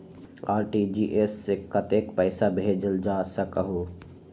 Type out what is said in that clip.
RTGS से कतेक पैसा भेजल जा सकहु???